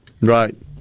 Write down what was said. right